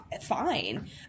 fine